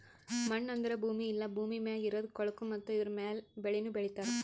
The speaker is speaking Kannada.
ಮಣ್ಣು ಅಂದುರ್ ಭೂಮಿ ಇಲ್ಲಾ ಭೂಮಿ ಮ್ಯಾಗ್ ಇರದ್ ಕೊಳಕು ಮತ್ತ ಇದುರ ಮ್ಯಾಲ್ ಬೆಳಿನು ಬೆಳಿತಾರ್